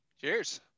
Cheers